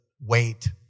Wait